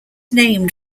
named